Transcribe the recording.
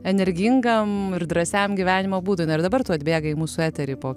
energingam ir drąsiam gyvenimo būdui na ir dabar tu atbėgai į mūsų eterį po